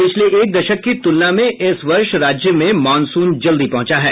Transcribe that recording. पिछले एक दशक की तुलना में इस वर्ष राज्य में मॉनसून जल्दी पहुंचा है